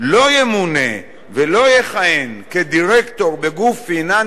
לא ימונה ולא יכהן כדירקטור בגוף פיננסי